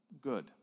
good